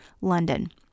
London